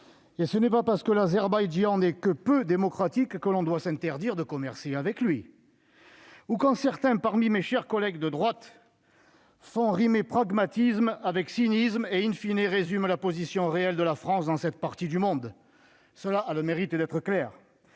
Et ce n'est pas parce que l'Azerbaïdjan n'est que peu démocratique que l'on doit s'interdire de commercer avec lui ...» Ou quand certains, parmi mes chers collègues de droite, font rimer pragmatisme avec cynisme et,, résument la position réelle de la France dans cette partie du monde. Cela a le mérite d'être clair